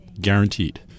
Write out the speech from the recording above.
guaranteed